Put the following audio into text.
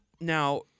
now